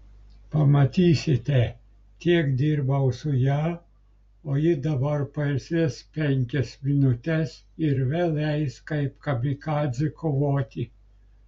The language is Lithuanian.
pamatysite tiek dirbau su ja o ji dabar pailsės penkias minutes ir vėl eis kaip kamikadzė kovoti